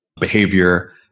behavior